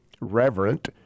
reverent